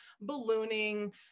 ballooning